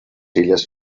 illes